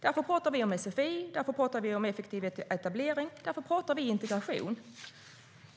Därför talar vi om sfi, effektiv etablering och integration.